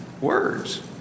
Words